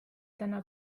täna